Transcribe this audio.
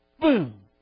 boom